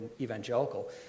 evangelical